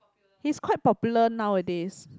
he is quite popular nowadays